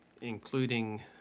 including